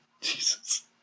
Jesus